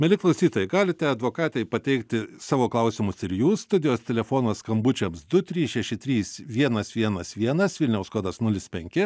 mieli klausytojai galite advokatei pateikti savo klausimus ir jūs studijos telefonas skambučiams du trys šeši trys vienas vienas vienas vilniaus kodas nulis penki